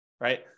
Right